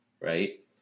right